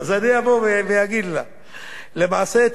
למעשה,